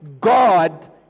God